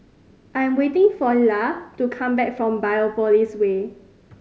I'm waiting for Illa to come back from Biopolis Way